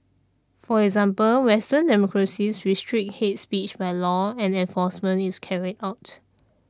for example western democracies restrict hate speech by law and enforcement is carried out